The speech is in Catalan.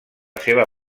seva